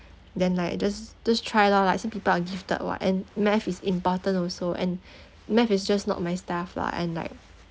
then like just just try lor like some people are gifted what and math is important also and math is just not my stuff lah and like